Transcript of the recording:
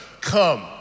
come